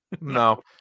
no